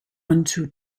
unto